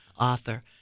author